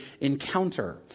encounter